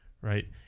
right